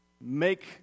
make